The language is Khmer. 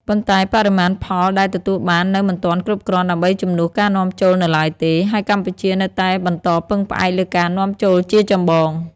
ប៉ុន្តែបរិមាណផលដែលទទួលបាននៅមិនទាន់គ្រប់គ្រាន់ដើម្បីជំនួសការនាំចូលនៅឡើយទេ ហើយកម្ពុជានៅតែបន្តពឹងផ្អែកលើការនាំចូលជាចម្បង។